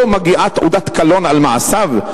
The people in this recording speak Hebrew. לו מגיעה תעודת קלון על מעשיו,